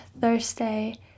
Thursday